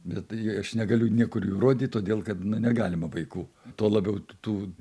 bet aš negaliu niekur jų rodyt todėl kad na negalima vaikų tuo labiau tų